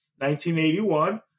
1981